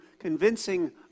convincing